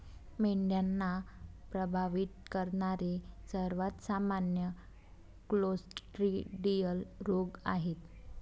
मेंढ्यांना प्रभावित करणारे सर्वात सामान्य क्लोस्ट्रिडियल रोग आहेत